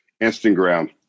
Instagram